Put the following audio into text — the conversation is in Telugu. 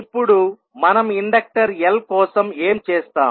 ఇప్పుడు మనం ఇండక్టర్ L కోసం ఏం చేస్తాం